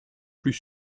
plus